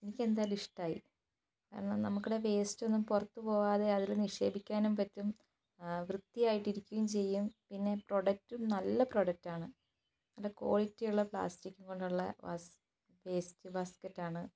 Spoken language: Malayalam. എനിക്കെന്തായാലും ഇഷ്ടമായി കാരണം നമുക്കിതിൽ വേസ്റ്റൊന്നും പുറത്ത് പോകാതെ അതിൽ നിക്ഷേപിക്കാനും പറ്റും വൃത്തിയായിട്ട് ഇരിക്കുകയും ചെയ്യും പിന്നെ പ്രൊഡകടും നല്ല പ്രൊഡക്ടാണ് നല്ല ക്വാളിറ്റിയുള്ള പ്ലാസ്റ്റിക്ക് കൊണ്ടുള്ള വേസ്റ്റ് ബാസ്കറ്റാണ്